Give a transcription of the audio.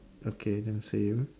okay then same